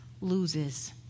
loses